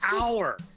hour